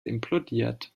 implodiert